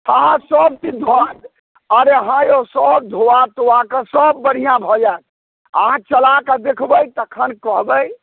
हँ हँ सब किछु धुआ अरे हँ यौ सब धोआ तोआ कऽ सब बढ़िआँ भऽ जाएत अहाँ चला कऽ देखबै तखन कहबै